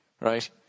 right